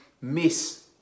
miss